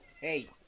Hey